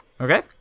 Okay